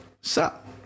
Sup